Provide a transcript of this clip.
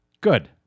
Good